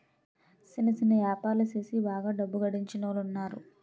సిన్న సిన్న యాపారాలు సేసి బాగా డబ్బు గడించినోలున్నారు